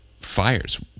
fires